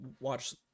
watch